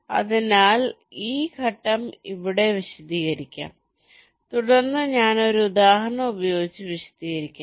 അതിനാൽ ഈ ഘട്ടം ഇവിടെ വിശദീകരിക്കാം തുടർന്ന് ഞാൻ ഒരു ഉദാഹരണം ഉപയോഗിച്ച് വിശദീകരിക്കാം